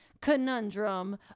conundrum